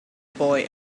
boy